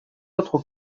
autres